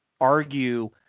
argue